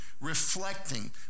reflecting